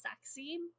sexy